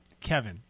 Kevin